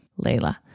Layla